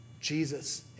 Jesus